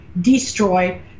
destroy